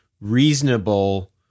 reasonable